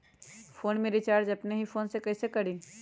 Phone में recharge अपने ही फ़ोन से कईसे करी?